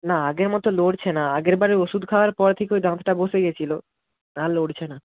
না আগের মতো নড়ছে না আগের বারে ওষুধ খাওয়ার পর থেকে ওই দাঁতটা বসে গিয়েছিল আর নড়ছে না